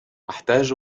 أحتاج